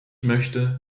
möchte